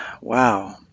wow